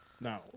no